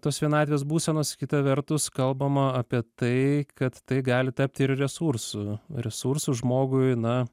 tos vienatvės būsenos kita vertus kalbama apie tai kad tai gali tapti ir resursu resursu žmogui na